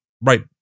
right